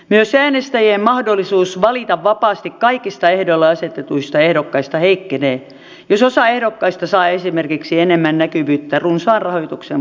myös äänestäjien mahdollisuus valita vapaasti kaikista ehdolle asetetuista ehdokkaista heikkenee jos osa ehdokkaista saa esimerkiksi enemmän näkyvyyttä runsaan rahoituksen vuoksi